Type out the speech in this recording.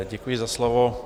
Děkuji za slovo.